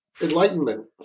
enlightenment